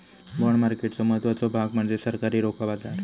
bond मार्केटचो महत्त्वाचो भाग म्हणजे सरकारी रोखा बाजार